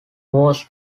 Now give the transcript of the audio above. was